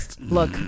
look